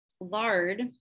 lard